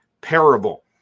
parable